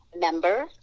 member